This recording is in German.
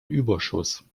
überschuss